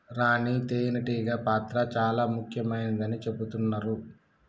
రాణి తేనే టీగ పాత్ర చాల ముఖ్యమైనదని చెబుతున్నరు